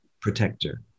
protector